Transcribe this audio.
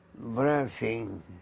breathing